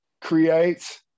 creates